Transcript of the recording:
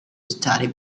study